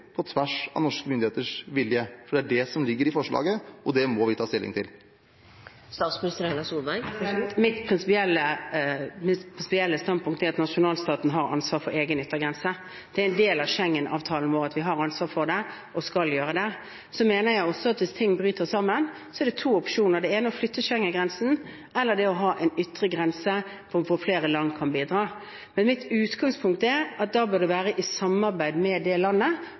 på tvers av norske myndigheters vilje? For det er det som ligger i forslaget, og det må vi ta stilling til. Mitt prinsipielle standpunkt er at nasjonalstaten har ansvar for egen yttergrense. Det er en del av Schengen-avtalen vår at vi har ansvar for det og skal ta det. Jeg mener også at hvis ting bryter sammen, er det to opsjoner. Det ene er å flytte Schengen-grensen, eller det er å ha en ytre grense hvor flere land kan bidra. Mitt utgangspunkt er at da bør det være i samarbeid med det landet,